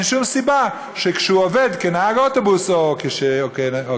אין שום סיבה שכשהוא עובד כנהג אוטובוס או כפקיד,